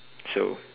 so